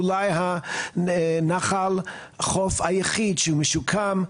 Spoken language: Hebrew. אולי הנחל חוף היחיד שהוא משוקם,